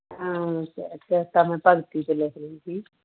ਹਾਂ ਕ ਕਵਿਤਾ ਤਾਂ ਮੈਂ ਭਗਤੀ 'ਤੇ ਲਿਖ ਰਹੀ ਸੀ